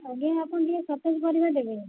ଆଜ୍ଞା ଆପଣ ଟିକିଏ ସତେଜ ପରିବା ଦେବେ